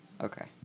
Okay